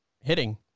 hitting